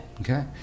Okay